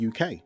UK